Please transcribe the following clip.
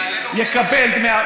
בדקנו את זה.